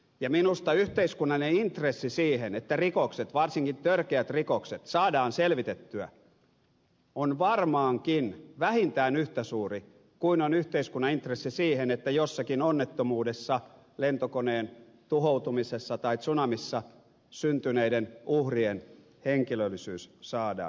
ja minusta yhteiskunnallinen intressi siihen että rikokset varsinkin törkeät rikokset saadaan selvitettyä on varmaankin vähintään yhtä suuri kuin on yhteiskunnan intressi siihen että jossakin onnettomuudessa lentokoneen tuhoutumisessa tai tsunamissa syntyneiden uhrien henkilöllisyys saadaan selvitettyä